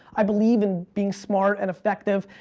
i believe in being smart and effective.